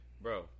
bro